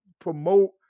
promote